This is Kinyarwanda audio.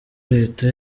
leta